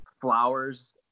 flowers